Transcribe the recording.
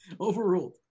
Overruled